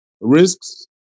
risks